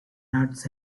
nuts